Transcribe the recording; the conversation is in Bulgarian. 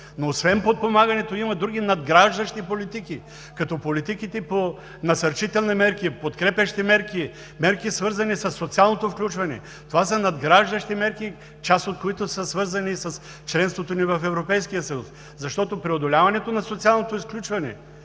Но, освен подпомагането, има други надграждащи политики, като политиките по насърчителни мерки, подкрепящи мерки, мерки, свързани със социалното включване. Това са надграждащи мерки, част от които са свързани с членството ни в Европейския съюз. Защото преодоляването на социалното изключване,